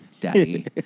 daddy